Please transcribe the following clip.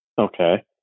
Okay